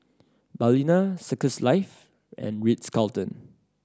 Balina Circles Life and Ritz Carlton